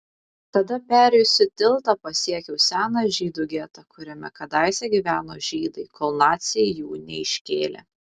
tada perėjusi tiltą pasiekiau seną žydų getą kuriame kadaise gyveno žydai kol naciai jų neiškėlė